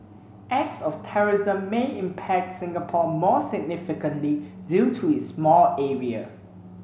acts of terrorism may impact Singapore more significantly due to its small area